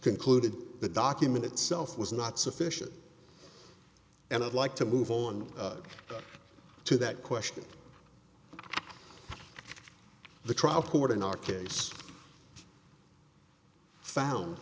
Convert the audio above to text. concluded the document itself was not sufficient and i'd like to move on to that question the trial court in our case found